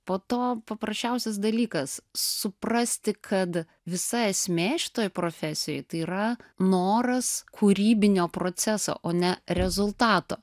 po to paprasčiausias dalykas suprasti kad visa esmė šitoj profesijoj tai yra noras kūrybinio proceso o ne rezultato